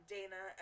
Dana